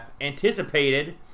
anticipated